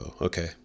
okay